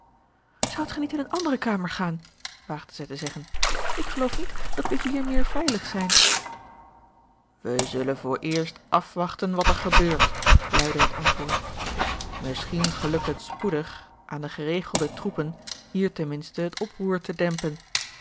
zoudt gij niet in eene andere kamer gaan waagde zij te zeggen ik geloof niet dat wij hier meer veilig zijn wij zullen vooreerst afwachten wat er gebeurt luidde het antwoord misschien gelukt het spoedig aan de geregelde troepen hier ten minste het oproer te dempen